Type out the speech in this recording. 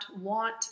want